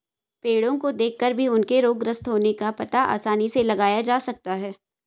पेड़ो को देखकर भी उनके रोगग्रस्त होने का पता आसानी से लगाया जा सकता है